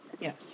yes